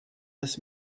this